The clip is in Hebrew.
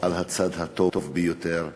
על הצד הטוב ביותר.